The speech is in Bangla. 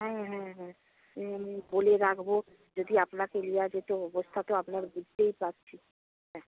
হ্যাঁ হ্যাঁ হ্যাঁ বলে রাখব যদি আপনাকে নেওয়া যেত অবস্থা তো আপনার বুঝতেই পারছি হ্যাঁ